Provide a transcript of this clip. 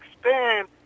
expand